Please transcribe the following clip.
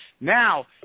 Now